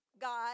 God